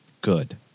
good